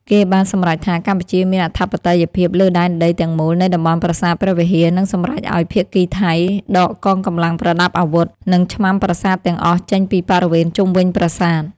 គេបានសម្រេចថា កម្ពុជាមានអធិបតេយ្យភាពលើដែនដីទាំងមូលនៃតំបន់ប្រាសាទព្រះវិហារ និងសម្រេចឱ្យភាគីថៃ ដកកងកម្លាំងប្រដាប់អាវុធ និងឆ្មាំប្រាសាទទាំងអស់ចេញពីបរិវេណជុំវិញប្រាសាទ។